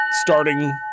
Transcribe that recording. Starting